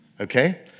Okay